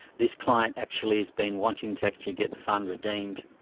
this client actually has been wanting to actually get the fund redeemed.